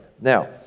Now